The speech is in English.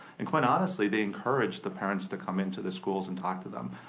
and quite honestly they encourage the parents to come into the schools and talk to them.